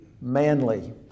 manly